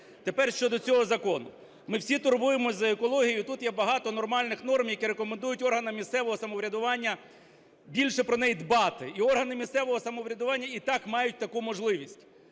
Тепер щодо цього закону. Ми всі турбуємось за екологію, і тут є багато нормальних норм, які рекомендують органам місцевого самоврядування більше про неї дбати. І органи місцевого самоврядування і так мають таку можливість.